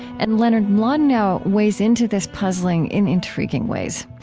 and leonard mlodinow weighs into this puzzling in intriguing ways.